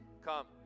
come